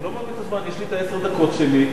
אני לא מאבד את הזמן, יש לי עשר הדקות השלי.